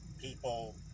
people